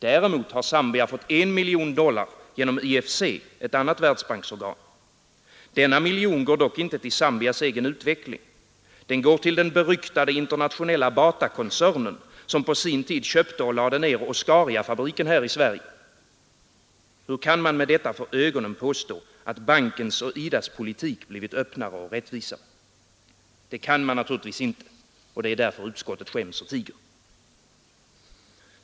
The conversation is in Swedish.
Däremot har Zambia fått 1 miljon dollar genom IFC, ett annat världsbanksorgan. Denna miljon går dock inte till Zambias egen utveckling. Den går till den beryktade internationella Batakoncernen, som på sin tid köpte och lade ner Oscariafabriken här i Sverige. Hur kan man med detta för ögonen påstå, att bankens och IDA:s politik blivit öppnare och rättvisare. Det kan man naturligtvis inte, och det är därför utskottet skäms och tiger.